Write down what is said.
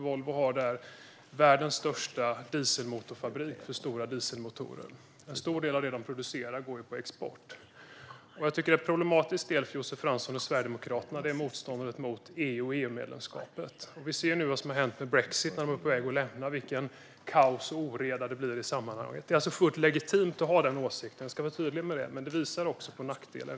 Volvo har där världens största dieselmotorfabrik för stora dieselmotorer. En stor del av det som de producerar går på export. Jag tycker att en problematisk del för Josef Fransson och Sverigedemokraterna är motståndet mot EU och EU-medlemskapet. Vi ser nu vad som har hänt i och med brexit och att Storbritannien är på väg att lämna EU - vilket kaos och vilken oreda det blir i sammanhanget. Det är alltså fullt legitimt att ha den åsikten - jag ska vara tydlig med det - men det visar också på nackdelar.